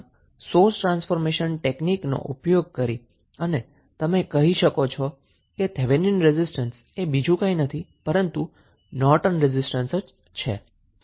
આમ source transformation ટેકનીકનો ઉપયોગ કરીને તમે કહી શકો છો કે થેવેનીન રેઝિસ્ટન્સ એ બીજું કંઈ નથી પરંતુ નોર્ટન રેઝિસ્ટન્સ છે